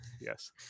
Yes